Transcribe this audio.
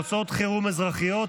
הוצאות חירום אזרחיות,